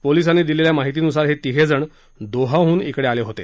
पोलिसांनी दिलेल्या माहितीनुसार हे तीघे दोहाहून इकडे आले होते